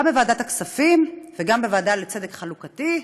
גם בוועדת הכספים וגם בוועדה לצדק חלוקתי,